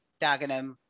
dagenham